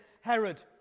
Herod